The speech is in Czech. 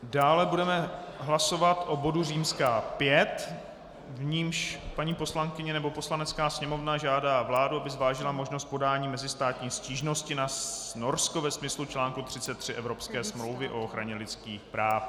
Dále budeme hlasovat o bodu V, v němž paní poslankyně, nebo Poslanecká sněmovna žádá vládu, aby zvážila možnost podání mezistátní stížnosti na Norsko ve smyslu článku 33 Evropské smlouvy o ochraně lidských práv.